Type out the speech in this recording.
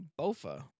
Bofa